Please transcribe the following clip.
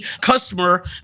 customer